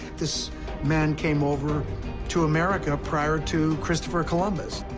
this man came over to america prior to christopher columbus.